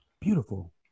beautiful